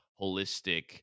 holistic